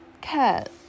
Cat